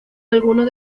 algunos